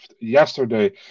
yesterday